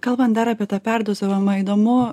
kalbant dar apie tą perdozavimą įdomu